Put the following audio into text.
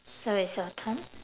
so it's your turn